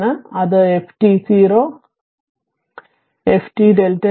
അതിനാൽ അത് f t0 റിഫോർ f t Δ t t0 d t f t0